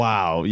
Wow